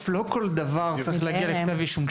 --- בסוף, לא כל דבר צריך להגיע לכתב אישום.